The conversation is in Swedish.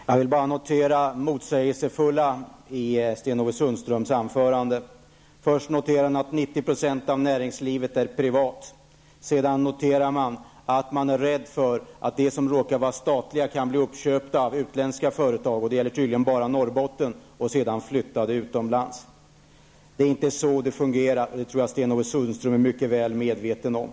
Herr talman! Jag vill bara notera det motsägelsefulla i Sten-Ove Sundströms anförande. Först sade Sten-Ove Sundström att 90 % av näringslivet är privat. Sedan sade han att det finns en risk att de företag som i dag råkar vara statliga kan bli uppköpta av utländska företag -- det gäller tydligen bara företagen i Norrbotten -- och sedan flyttade utomlands. Det är inte så det fungerar, och det tror jag att Sten Ove Sundström är mycket väl medveten om.